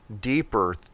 deeper